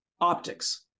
optics